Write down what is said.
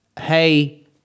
hey